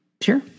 Sure